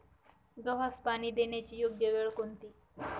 गव्हास पाणी देण्याची योग्य वेळ कोणती?